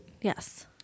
Yes